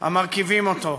המרכיבים אותו.